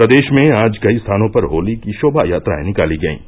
प्रदेश में आज कई स्थानों पर होली की शोभा यात्राएं निकाली गयीं